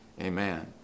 Amen